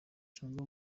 cyangwa